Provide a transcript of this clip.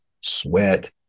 sweat